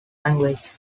language